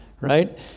right